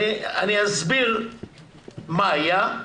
אני אסביר מה היה,